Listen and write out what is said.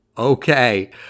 Okay